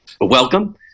welcome